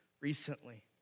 recently